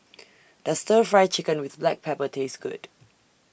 Does Stir Fry Chicken with Black Pepper Taste Good